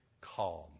calm